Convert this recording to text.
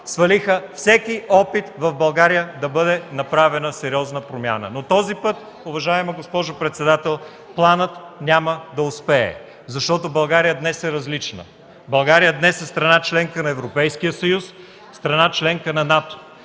свалиха всеки опит в България да бъде направена сериозна промяна. Но този път, уважаема госпожо председател, планът няма да успее, защото България днес е различна. България днес е страна – членка на Европейския съюз, страна – членка на НАТО,